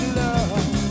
love